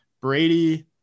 Brady